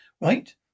Right